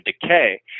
decay